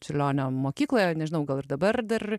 čiurlionio mokykloje nežinau gal ir dabar dar